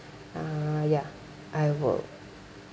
uh ya I will